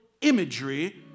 imagery